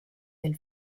nel